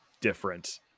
different